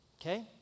Okay